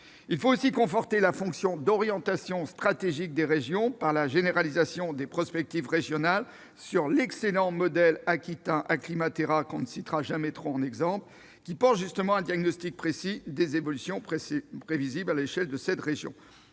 Il faut aussi conforter la fonction d'orientation stratégique des régions par la généralisation de prospectives régionales sur l'excellent modèle aquitain AcclimaTerra- on ne le citera jamais assez !-; ces prospectives portent un diagnostic précis des évolutions prévisibles à l'échelle de la région.